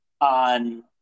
on